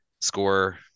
score